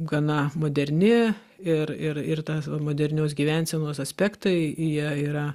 gana moderni ir ir ir tas modernios gyvensenos aspektai jie yra